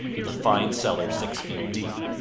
with a fine cellar six feet deep.